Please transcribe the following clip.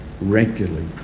regularly